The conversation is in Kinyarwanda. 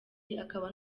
akaba